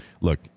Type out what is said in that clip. Look